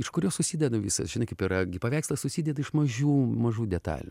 iš kurių susideda visas žinai kaip yra gi paveikslas susideda iš mažų mažų detalių